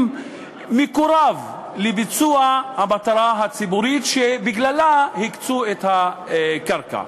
מקורב לביצוע המטרה הציבורית שבגללה הקצו את הקרקע.